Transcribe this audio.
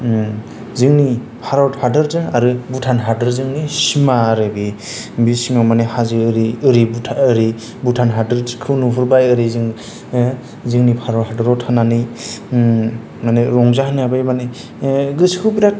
जोंनि भारत हादोरजों आरो भुटान हादोरजोंनि सिमा आरो बेयो बे सिमा माने हाजो ओरै भुटान हादोरखौ नुहरबाय ओरै जोंनि भारत हादोराव थानानै माने रंजा होनाय बे माने गोसोखौ बिराद